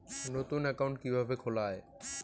নতুন একাউন্ট কিভাবে খোলা য়ায়?